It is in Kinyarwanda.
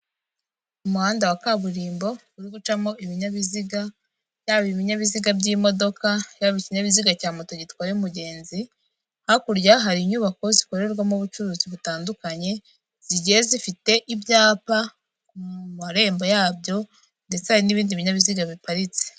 Umuhanda wa kaburimbo urigucamo ibinyabiziga, yaba ibinyabiziga by'imodoka, yaba ikinyabiziga cya moto gitwaye umugenzi, hakurya hari inyubako zikorerwamo ubucuruzi butandukanye zigiye zifite ibyapa mu marembo yabyo ndetse hari n'ibindi binyabiziga biparitse.